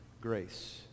grace